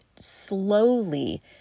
slowly